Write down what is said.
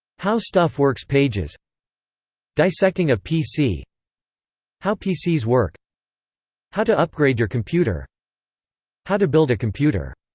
how stuff works pages dissecting a pc how pcs work how to upgrade your computer how to build a computer